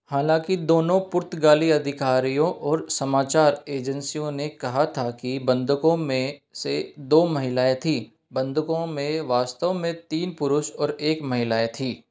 हालाँकि दोनों पुर्तगाली अधिकारियों और समाचार एजेंसियों ने कहा था कि बंधकों में से दो महिलाएँ थीं बंधकों में वास्तव में तीन पुरुष और एक महिलाएँ थी